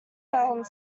fell